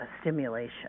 stimulation